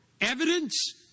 Evidence